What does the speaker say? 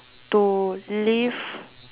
to live